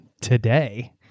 today